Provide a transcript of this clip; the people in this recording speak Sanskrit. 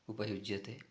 उपयुज्यते